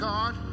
God